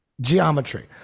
geometry